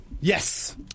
Yes